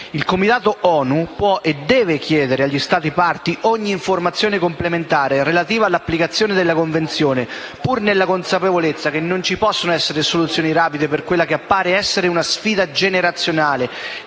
Il Comitato ONU può e deve chiedere agli Stati parti ogni informazione complementare relativa all'applicazione della Convenzione, pur nella consapevolezza che non ci possono essere soluzioni rapide per quella che appare essere una sfida generazionale,